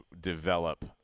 develop